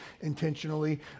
intentionally